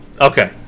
Okay